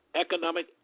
economic